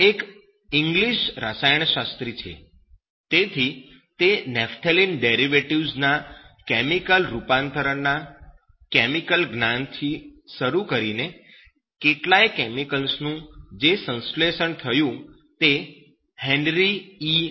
તેઓ એક ઈંગ્લિશ રસાયણશાસ્ત્રી છે તેથી તે નેપ્થેલિન ડેરિવેટિવ્ઝ ના કેમિકલ રૂપાંતરણના કેમિકલ જ્ઞાનથી શરૂ કરીને કેટલાય કેમિકલ્સનું જે સંશ્લેષણ થયું તે "હેનરી ઈ